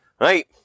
Right